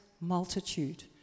multitude